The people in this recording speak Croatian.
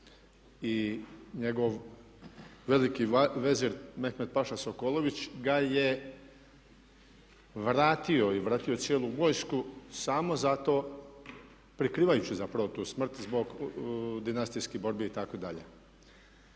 i njegov veliki vezir Mehmed-paša Sokolović ga je vratio i vratio cijelu vojsku samo zato prikrivajući zapravo tu smrt zbog dinastijskih borbi itd..